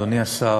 אדוני השר,